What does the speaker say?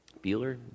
Bueller